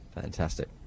Fantastic